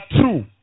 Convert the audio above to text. true